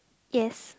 yes